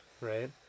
Right